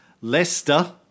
Leicester